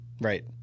Right